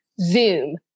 Zoom